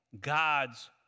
God's